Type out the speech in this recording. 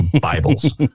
Bibles